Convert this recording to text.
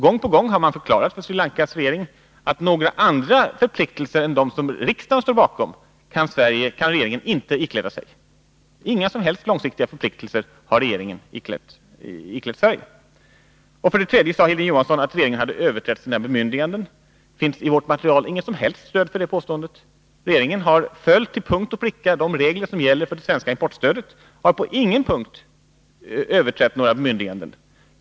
Gång på gång har man förklarat för Sri Lankas regering att några andra förpliktelser än dem som riksdagen står bakom kan den svenska regeringen inte ikläda sig. Inga som helst långsiktiga förpliktelser har regeringen iklätt Sverige. För det tredje sade Hilding Johansson att regeringen hade överträtt sina bemyndiganden. Det finns i vårt material inget som helst stöd för det påståendet. Regeringen har till punkt och pricka följt de regler som gäller för det svenska importstödet och har på ingen punkt överträtt några bemyndiganden.